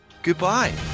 Goodbye